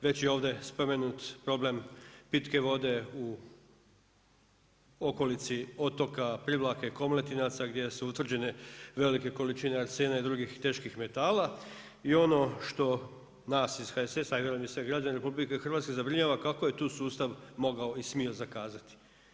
Već je ovdje spomenut problem pitke vode u okolici otoka, Privlake, Komletinaca gdje su utvrđene velike količine arsena i drugih teških metala i ono što nas iz HSS-a i sve građane RH zabrinjava, kako je tu sustav mogao i smio zakazati.